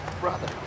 brother